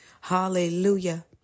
hallelujah